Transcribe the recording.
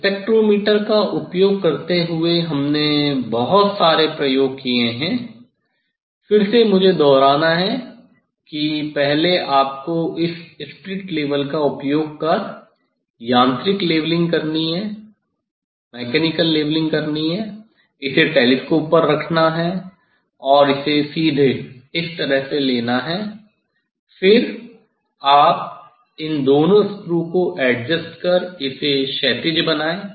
spectrometer का उपयोग करते हुए हमने बहुत सारे प्रयोग किये हैं फिर से मुझे दोहराना है कि पहले आपको इस स्पिरिट लेवल का उपयोग कर यांत्रिक लेवलिंग करनी है इसे टेलीस्कोप पर रखना है और इसे सीधे इस तरह से लेना है फिर आप इन दोनों स्क्रू को एडजस्ट कर इसे क्षैतिज बनायें